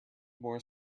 more